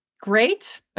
great